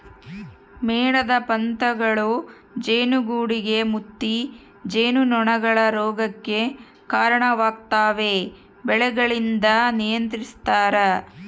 ಮೇಣದ ಪತಂಗಗಳೂ ಜೇನುಗೂಡುಗೆ ಮುತ್ತಿ ಜೇನುನೊಣಗಳ ರೋಗಕ್ಕೆ ಕರಣವಾಗ್ತವೆ ಬೆಳೆಗಳಿಂದ ನಿಯಂತ್ರಿಸ್ತರ